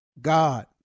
God